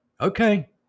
okay